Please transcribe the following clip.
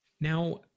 Now